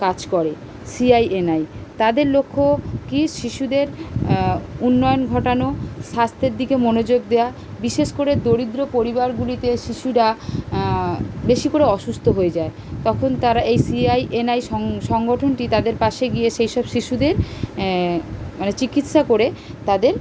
কাজ করে সিআইএনআই তাদের লক্ষ্য কি শিশুদের উন্নয়ন ঘটানো স্বাস্থ্যের দিকে মনোযোগ দেওয়া বিশেষ করে দরিদ্র পরিবারগুলিতে শিশুরা বেশি করে অসুস্থ হয়ে যায় তখন তারা এই সিআইএনআই সং সংগঠনটি তাদের পাশে গিয়ে সেইসব শিশুদের মানে চিকিৎসা করে তাদের